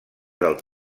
del